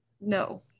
no